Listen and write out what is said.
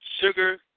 sugar